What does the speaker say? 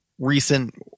recent